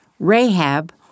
Rahab